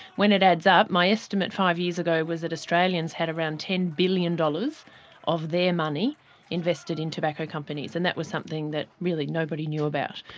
when it adds up, my estimate five years ago was that australians had around ten billion dollars of their money invested in tobacco companies, and that was something that really nobody knew about.